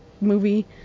movie